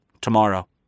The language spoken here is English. tomorrow